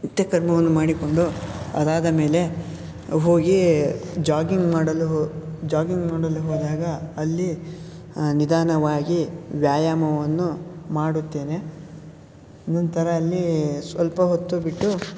ನಿತ್ಯಕರ್ಮವನ್ನು ಮಾಡಿಕೊಂಡು ಅದಾದ ಮೇಲೆ ಹೋಗಿ ಜಾಗಿಂಗ್ ಮಾಡಲು ಹೊ ಜಾಗಿಂಗ್ ಮಾಡಲು ಹೋದಾಗ ಅಲ್ಲಿ ನಿಧಾನವಾಗಿ ವ್ಯಾಯಾಮವನ್ನು ಮಾಡುತ್ತೇನೆ ನಂತರ ಅಲ್ಲಿ ಸ್ವಲ್ಪ ಹೊತ್ತು ಬಿಟ್ಟು